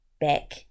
back